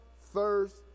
thirst